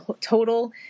total